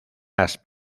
las